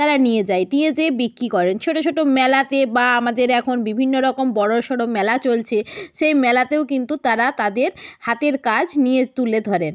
তারা নিয়ে যায় নিয়ে যেয়ে বিক্রি করেন ছোট ছোট মেলাতে বা আমাদের এখন বিভিন্ন রকম বড়সড় মেলা চলছে সেই মেলাতেও কিন্তু তারা তাদের হাতের কাজ নিয়ে তুলে ধরে